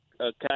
Okay